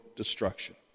Destruction